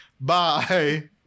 Bye